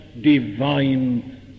divine